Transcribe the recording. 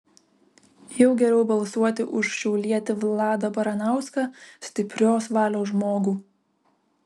jau geriau balsuoti už šiaulietį vladą baranauską stiprios valios žmogų